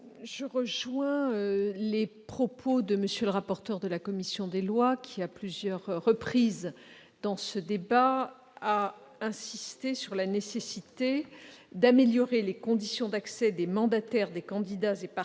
Je rejoins les propos de M. le rapporteur, qui, à plusieurs reprises dans ce débat, a insisté sur la nécessité d'améliorer les conditions d'accès des mandataires des candidats et partis